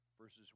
verses